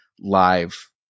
live